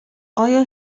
آیا